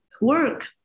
work